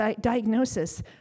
diagnosis